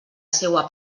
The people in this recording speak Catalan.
seua